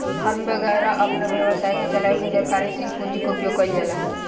form वैगरह अपना व्यवसाय के चलावे खातिर कार्यशील पूंजी के उपयोग कईल जाला